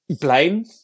blame